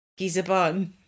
Gizabun